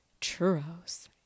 churros